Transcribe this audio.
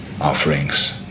offerings